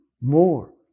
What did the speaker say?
more